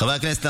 חברי הכנסת,